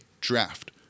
draft